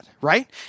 right